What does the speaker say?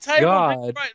God